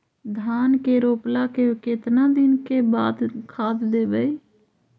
धान के रोपला के केतना दिन के बाद खाद देबै?